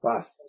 fast